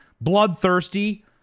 bloodthirsty